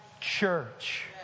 church